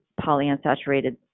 polyunsaturated